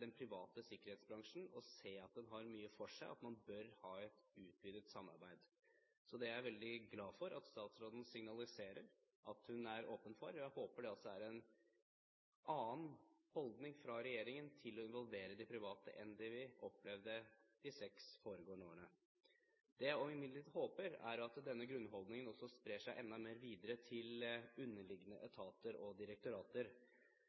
den private sikkerhetsbransjen og se at den har mye for seg, og til at man bør ha et utvidet samarbeid. Så jeg er veldig glad for at statsråden signaliserer at hun er åpen for det, og jeg håper det også er en annen holdning fra regjeringen til å involvere de private enn det vi har opplevd de seks foregående årene. Det jeg imidlertid håper, er at denne grunnholdningen også sprer seg enda mer videre til underliggende etater og direktorater.